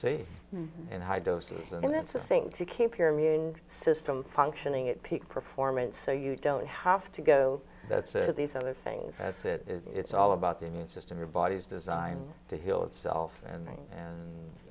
in high doses and that's the thing to keep your immune system functioning at peak performance so you don't have to go that said these other things that's it it's all about the immune system your body's designed to heal itself and